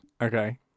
Okay